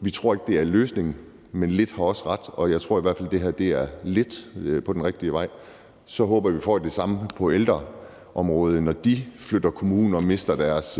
Vi tror ikke, det er løsningen, men lidt har også ret, og jeg tror i hvert fald, det her er lidt på den rigtige vej. Så håber vi, vi får det samme på ældreområdet, når de ældre flytter kommune og mister deres